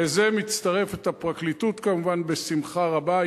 לזה מצטרפת הפרקליטות כמובן בשמחה רבה.